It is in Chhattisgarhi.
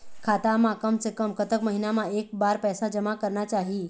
खाता मा कम से कम कतक महीना मा एक बार पैसा जमा करना चाही?